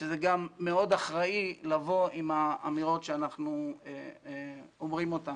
שזה גם מאוד אחראי לבוא עם האמירות שאנחנו אומרים אותן.